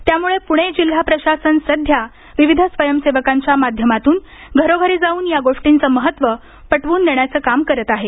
त्यामुळे पुणे जिल्हा प्रशासन सध्या विविध स्वयंसेवकांच्या माध्यमातून घरोघरी जाऊन या गोष्टींचं महत्त्व पटवून देण्याचं काम करत आहे